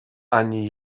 ani